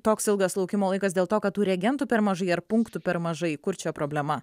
toks ilgas laukimo laikas dėl to kad tų reagentų per mažai ar punktų per mažai kur čia problema